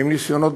עם ניסיונות,